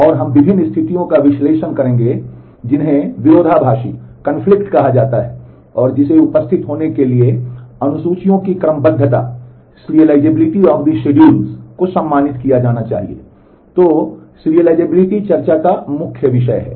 और हम विभिन्न स्थितियों का विश्लेषण करेंगे जिन्हें विरोधाभासी को सम्मानित किया जाना चाहिए तो सेरिअलिज़ाबिलिटी चर्चा का मुख्य विषय है